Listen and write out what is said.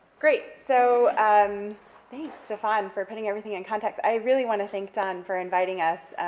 great, so and thanks, stephane, for putting everything in context, i really want to thank don for inviting us,